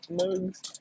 mugs